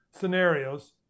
scenarios